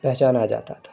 پہچانا جاتا تھا